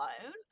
alone